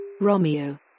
Romeo